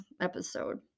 episode